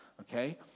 Okay